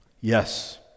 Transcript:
Yes